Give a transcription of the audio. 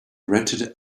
rented